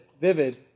vivid